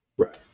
Right